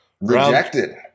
rejected